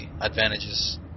advantages